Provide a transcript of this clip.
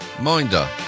Minder